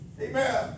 Amen